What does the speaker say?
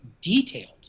detailed